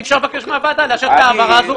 אי אפשר לבקש מהוועדה לאשר את ההעברה הזו.